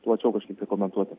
plačiau kažkaip tai komentuoti